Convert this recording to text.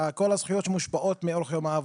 למה 7 שעות ולא 8?